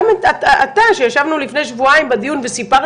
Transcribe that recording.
גם אתה שישבנו לפני שבועיים בדיון וסיפרת